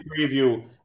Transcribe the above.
preview